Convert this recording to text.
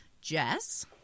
Jess